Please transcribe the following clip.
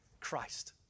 Christ